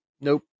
Nope